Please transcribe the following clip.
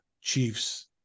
Chiefs